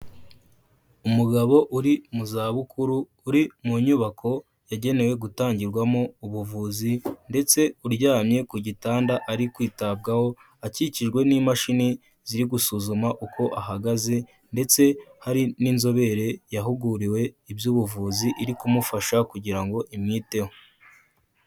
Umugabo uri mu zabukuru uri mu nyubako yagenewe gutangirwamo ubuvuzi ndetse uryamye ku gitanda ari kwitabwaho, akikijwe n'imashini ziri gusuzuma uko ahagaze ndetse hari n'inzobere yahuguriwe iby'ubuvuzi iri kumufasha kugira ngo imwiteho.